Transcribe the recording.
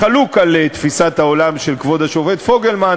חלוק על תפיסת העולם של כבוד השופט פוגלמן,